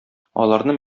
аларны